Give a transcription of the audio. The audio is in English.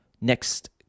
Next